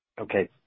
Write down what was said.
Okay